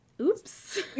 oops